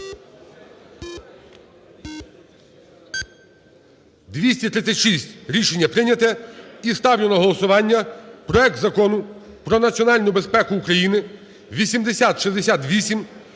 За-236 Рішення прийняте. І ставлю на голосування проект Закону про національну безпеку України (8068)